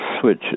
switch